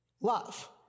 love